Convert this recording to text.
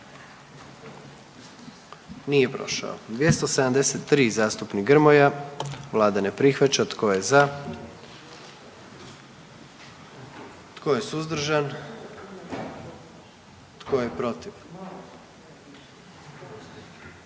44. Kluba zastupnika SDP-a, vlada ne prihvaća. Tko je za? Tko je suzdržan? Tko je protiv?